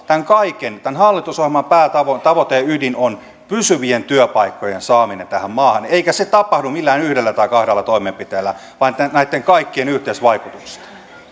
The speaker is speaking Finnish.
tämän kaiken päätavoite tämän hallitusohjelman päätavoite ja ydin on ilman muuta pysyvien työpaikkojen saaminen tähän maahan eikä se tapahdu millään yhdellä tai kahdella toimenpiteellä vaan näitten kaikkien yhteisvaikutuksesta